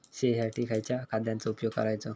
शेळीसाठी खयच्या खाद्यांचो उपयोग करायचो?